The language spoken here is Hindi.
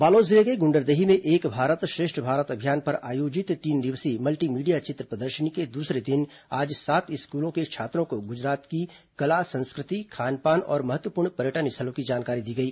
बालोद जिले के गुण्डरदेही में एक भारत श्रेष्ठ भारत अभियान पर आयोजित तीन दिवसीय मल्टी मीडिया चित्र प्रदर्शनी के दूसरे दिन आज सात स्कूलों के छात्रों को गुजरात की कला संस्कृति खान पान और महत्वपूर्ण पर्यटन स्थलों की जानकारी दी गई